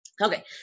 Okay